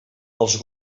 els